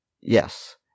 yes